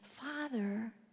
Father